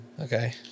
Okay